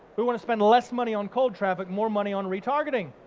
we want to spend less money on cold traffic more money on retargeting.